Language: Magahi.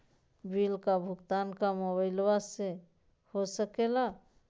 बिल का भुगतान का मोबाइलवा से हो सके ला?